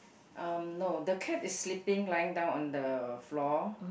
um no the cat is sleeping lying down on the floor